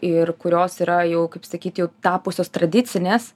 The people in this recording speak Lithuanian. ir kurios yra jau kaip sakyt jau tapusios tradicinės